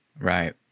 Right